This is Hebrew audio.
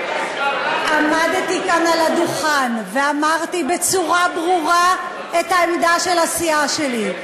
עמדתי כאן על הדוכן ואמרתי בצורה ברורה את העמדה של הסיעה שלי.